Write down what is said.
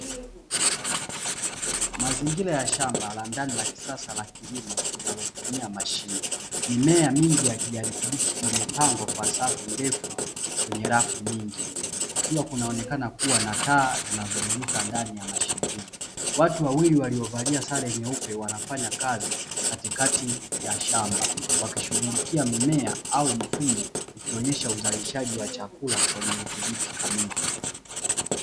Mazingira ya shamba la ndani la kisasa la kilimo inayotumia mashine. Mimea mingi ya kijani kibichi, imepangwa kwa safu ndefu kwenye rafu nyingi. Kukiwa kunaonekana kuwa na taa zinazomulika ndani ya mashine hizo. Watu wawili waliyovalia sare nyeupe, wanafanya kazi katikati ya shamba, wakishughulikia mimea au mifumo, ikionyesha uzalishaji wa chakula wenye udhibiti kamili.